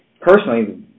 personally